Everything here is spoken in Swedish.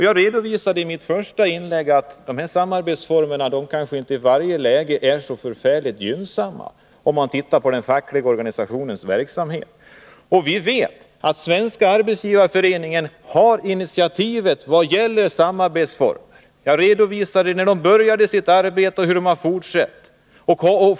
Jag redovisade i mitt första inlägg att samarbetsformerna i varje läge kanske inte är så särdeles gynnsamma, om man tänker på den fackliga organisationens verksamhet. Vi vet att Svenska arbetsgivareföreningen har initiativet när det gäller samarbetsformerna. Jag redovisade när de började sitt arbete och hur de har fortsatt.